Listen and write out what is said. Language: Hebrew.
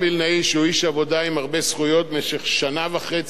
במשך שנה וחצי מנסה ועושה ככל יכולתו